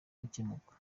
gukemuka